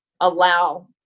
allow